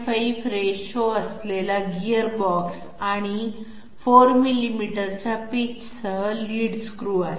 5 गुणोत्तर असलेला गीअरबॉक्स आणि 4 मिलीमीटरच्या पिचसह लीड स्क्रू आहे